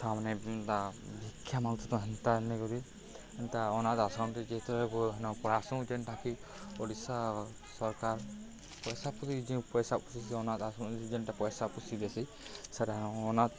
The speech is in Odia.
ତା ମାଆମାନେେ ଶିକ୍ଷା ହେନ୍ତାେକ ହେନ୍ତା ଅନାଥ ଆଶ୍ରମ୍ ଯେହେତୁ ପଳାସୁଁ ଯେନ୍ଟାକି ଓଡ଼ିଶା ସରକାର ପଇସା ପ ଯେ ପଇସା ପୋଷି ଅନାଥ ଆଶ୍ରମ୍ ଯେନ୍ଟା ପଇସା ପୋଷି ଦେସି ସେଟା ଅନାଥ